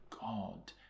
God